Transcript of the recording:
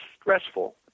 stressful